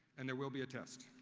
and there will be a test.